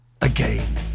Again